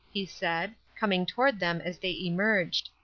he said, coming toward them as they emerged.